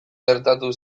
gertatu